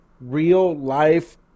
real-life